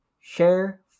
share